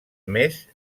més